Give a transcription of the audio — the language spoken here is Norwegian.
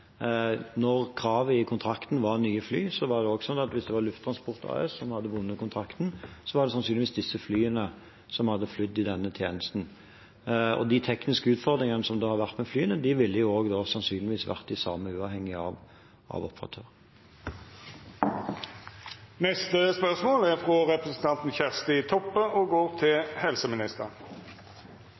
Når kravet i kontrakten var nye fly, er det også slik at hvis Lufttransport AS hadde vunnet kontrakten, er det sannsynligvis disse flyene som hadde flydd i denne tjenesten. De tekniske utfordringene som har vært med flyene, ville da sannsynligvis vært de samme, uavhengig av operatør. «Beredskapssvikta i luftambulansetenesta har ført til at betydelege ekstraressursar er